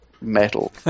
metal